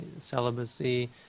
celibacy